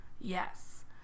Yes